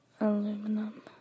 Aluminum